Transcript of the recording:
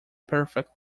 perfect